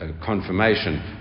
confirmation